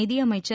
நிதியமைச்சர்